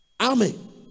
Amen